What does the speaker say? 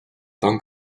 tant